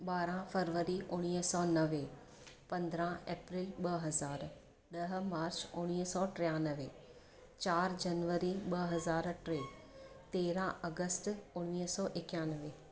ॿारहां फरवरी उणिवीह सौ नवे पंदरहां एप्रिल ॿ हज़ार ॾह मार्च उणिवीह सौ टियानवे चार जनवरी ॿ हज़ार टे तेरहां अगस्त उणिवीह सौ एक्यानवे